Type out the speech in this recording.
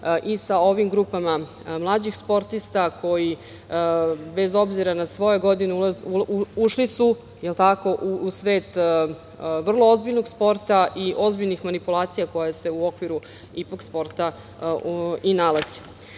i sa ovim grupama mlađih sportista koji, bez obzira na svoje godine, ušli su u svet vrlo ozbiljnog sporta i ozbiljnih manipulacija koje se u okviru sporta i nalaze. Što